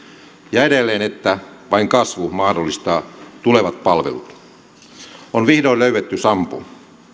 ja edelleen että vain kasvu mahdollistaa tulevat palvelut on vihdoin löydetty sampo